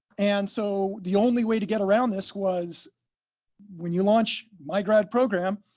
and so the only way to get around this was when you launch mygrad program,